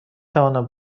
توانم